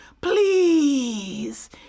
Please